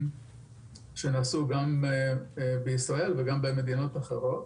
שנעשו גם בישראל וגם במדינות אחרות,